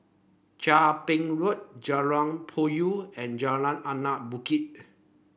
Chia Ping Road Jalan Puyoh and Jalan Anak Bukit